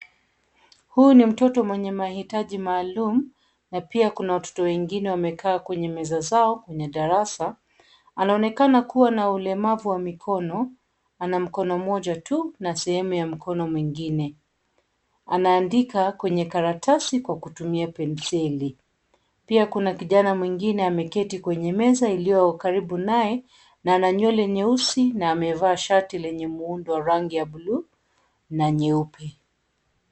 Huyu ni mtoto mwenye mahitaji maalum na pia kuna watoto wengine wamekaa kwenye meza zao kwenye darasa. Anaonekana kua na ulemavu wa mikono, ana mkono mmoja tu na sehemu ya mkono mwingine. Anaandika kwenye karatasi kwa kutumia penseli. Pia kuna kijana mwingine ameketi kwenye meza iliyo karibu naye na ana nywele nyeusi na amevaa shati lenye muundo wa rangi ya bluu na nyeupe.